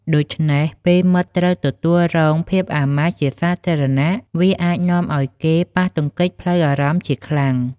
ដូច្នេះ ពេលមិត្តត្រូវទទួលរងភាពអាម៉ាស់ជាសាធារណៈ វាអាចនាំឱ្យគេប៉ះទង្គិចផ្លូវអារម្មណ៍ជាខ្លាំង។